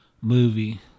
Movie